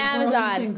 Amazon